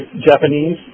Japanese